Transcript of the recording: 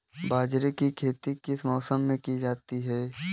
बाजरे की खेती किस मौसम में की जाती है?